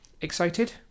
Excited